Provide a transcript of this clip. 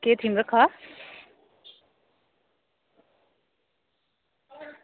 केह् थीम रक्खे दा